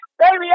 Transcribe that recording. Baby